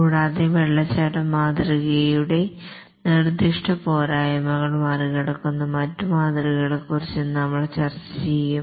കൂടാതെ വാട്ടർഫാൾ മാതൃകയുടെ നിർദ്ദിഷ്ട പോരായ്മകൾ മറികടക്കുന്ന മറ്റ് മാതൃകകളെക്കുറിച്ചും നമ്മൾ ചർച്ച ചെയ്യും